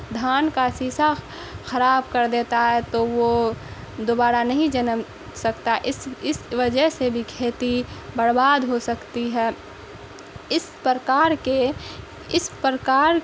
دھان کا سیسہ خراب کر دیتا ہے تو وہ دوبارہ نہیں جنم سکتا اس اس وجہ سے بھی کھیتی برباد ہو سکتی ہے اس پرکار کے اس پرکار